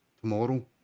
tomorrow